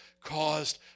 caused